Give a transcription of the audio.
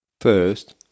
First